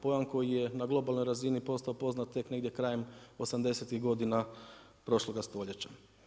Pojam koji je na globalnoj razini postao poznat tek negdje krajem osamdesetih godina prošloga stoljeća.